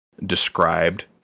described